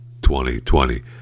2020